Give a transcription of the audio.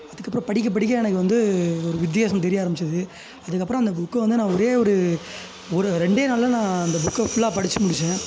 அதுக்கப்புறம் படிக்க படிக்க எனக்கு வந்து ஒரு வித்தியாசம் தெரிய ஆரம்பித்தது அதுக்கப்புறம் அந்த புக்கை வந்து நான் ஒரே ஒரு ஒரு இரண்டே நாளில் நான் அந்த புக்கை ஃபுல்லாக படித்து முடித்தேன்